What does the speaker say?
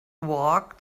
walk